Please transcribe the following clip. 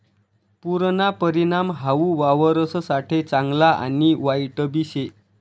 पुरना परिणाम हाऊ वावरससाठे चांगला आणि वाईटबी शे